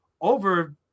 over